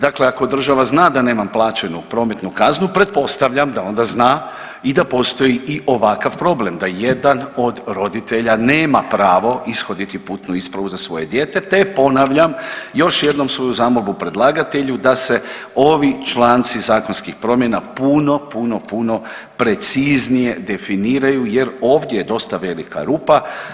Dakle, ako država zna da nemam plaćenu prometnu kaznu pretpostavljam da onda zna i da postoji i ovakav problem, da jedan od roditelja nema pravo ishoditi putnu ispravu za svoje dijete, te ponavljam još jednom svoju zamolbu predlagatelju da se ovi članci zakonskih promjena puno, puno, puno preciznije definiraju jer ovdje je doista velika rupa.